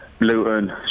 Luton